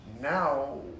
Now